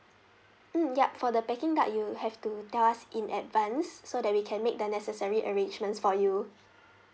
mm yup for the packing type you have to tell us in advance so that we can make the necessary arrangements for you